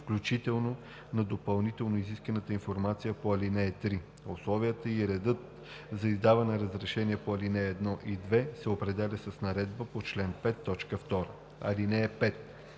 включително на допълнително изисканата информация по ал. 3. Условията и редът за издаване на разрешения по ал. 1 и 2 се определят с наредбата по чл. 5, т. 2.